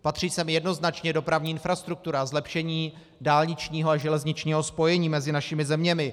Patří sem jednoznačně dopravní infrastruktura, zlepšení dálničního a železničního spojení mezi našimi zeměmi.